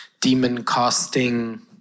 demon-casting